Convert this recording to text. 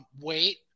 Wait